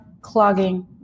clogging